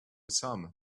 some